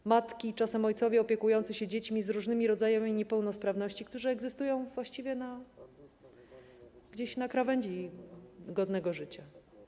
To matki i czasem ojcowie opiekujący się dziećmi z różnymi rodzajami niepełnosprawności, którzy egzystują właściwie gdzieś na krawędzi godnego życia.